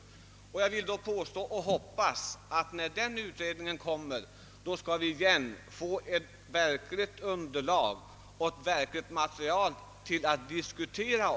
Jag hoppas att vi när denna utrednings resultat föreligger skall få ett verkligt underlag för en diskussion.